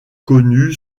connu